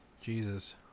Jesus